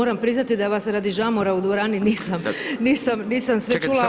Moram priznati da vas radi žamora u dvorani nisam, nisam sve čula.